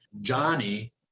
Johnny